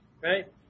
right